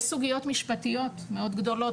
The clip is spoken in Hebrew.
יש סוגיות משפטיות מאוד גדולות,